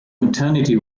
maternity